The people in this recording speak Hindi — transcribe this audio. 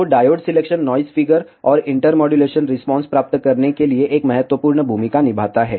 तो डायोड सिलेक्शन नाइस फिगर और इंटरमोड्यूलेशन रिस्पांस प्राप्त करने के लिए एक महत्वपूर्ण भूमिका निभाता है